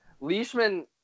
Leishman